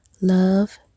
love